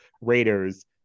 raiders